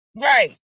right